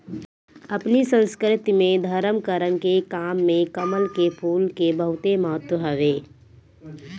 अपनी संस्कृति में धरम करम के काम में कमल के फूल के बहुते महत्व हवे